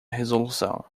resolução